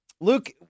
Luke